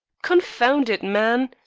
confound it, man,